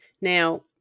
Now